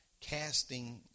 casting